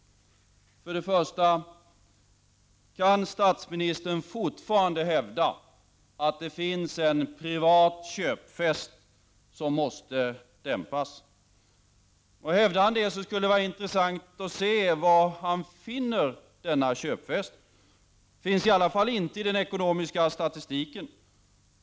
För det första: Kan statsministern fortfarande hävda att det finns en privat köpfest som måste dämpas? Om han hävdar detta, skulle det i så fall vara intressant att höra var han finner denna köpfest. Det finns i alla fall inte några tecken på den i den ekonomiska statistiken.